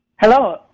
Hello